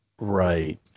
Right